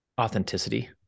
authenticity